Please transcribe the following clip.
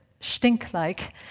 stink-like